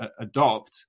adopt